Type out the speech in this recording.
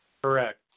Correct